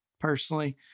Personally